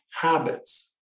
habits